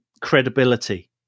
credibility